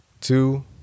two